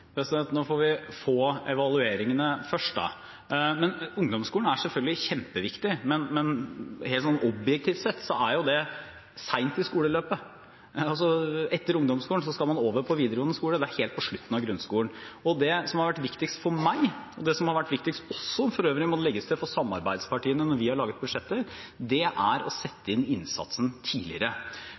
Vi bør få evalueringene først. Ungdomsskolen er selvfølgelig kjempeviktig, men helt objektivt sett er jo det sent i skoleløpet. Etter ungdomsskolen skal man over i videregående skole. Dette er altså helt på slutten av grunnskolen. Det som har vært viktigst for meg, og som for øvrig også har vært viktigst for samarbeidspartiene – må jeg legge til – når vi har laget budsjetter, er å sette inn innsatsen tidligere.